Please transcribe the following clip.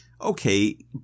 Okay